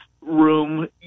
room